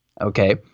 okay